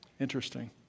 Interesting